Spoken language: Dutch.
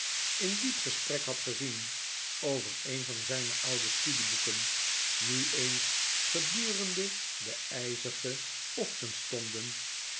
in diep gesprek had gezien over een van zijne oude studieboeken nu eens gedurende de yzige ochtendstonden